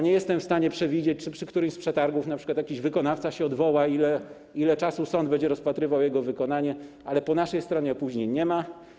Nie jestem w stanie przewidzieć, czy przy którymś z przetargów jakiś wykonawca się odwoła, ile czasu sąd będzie rozpatrywał jego wykonanie, ale po naszej stronie opóźnień nie ma.